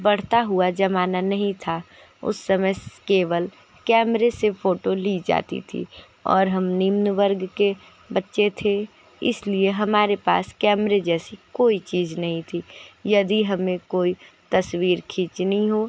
बढ़ता हुआ जमाना नहीं था उस समय केवल कैमरे से फोटो ली जाती थी और हम निम्न वर्ग के बच्चे थे इसलिए हमारे पास कैमरे जैसी कोई चीज़ नहीं थी यदि हमें कोई तस्वीर खींचनी हो